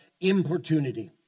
importunity